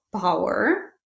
power